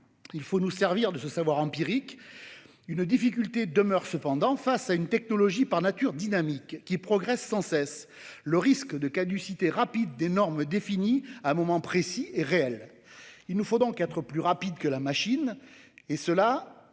faut nous servir de ce savoir empirique. Une difficulté demeure cependant : face à une technologie par nature dynamique, qui progresse sans cesse, le risque de caducité rapide des normes définies à un moment précis est réel. Il nous faut donc être plus rapides que la machine. Et c'est